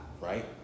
Right